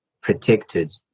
protected